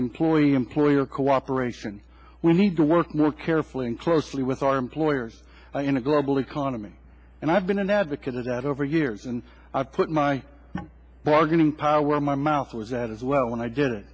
employee employer cooperation we need to work more carefully and closely with our employers in a global economy and i've been an advocate of that over years and i've put my bargaining power where my mouth was at as well when i did it